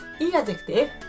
e-adjective